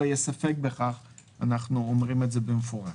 יהיה ספק בכך אנחנו אומרים את זה במפורש.